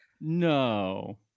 no